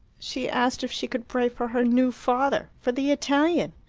she asked if she could pray for her new father' for the italian!